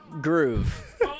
Groove